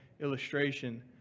illustration